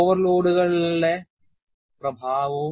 ഓവർലോഡുകളുടെ പ്രഭാവവും